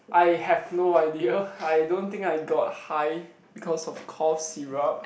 I have no idea I don't think I got high because of cough syrup